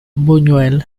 buñuel